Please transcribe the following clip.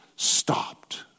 Stopped